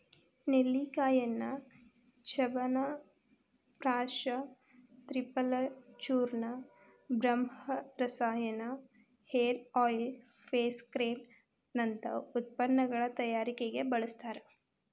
ನೆಲ್ಲಿಕಾಯಿಯನ್ನ ಚ್ಯವನಪ್ರಾಶ ತ್ರಿಫಲಚೂರ್ಣ, ಬ್ರಹ್ಮರಸಾಯನ, hair oil, face cream ನಂತ ಉತ್ಪನ್ನಗಳ ತಯಾರಿಕೆಗೆ ಬಳಸ್ತಾರ